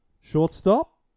shortstop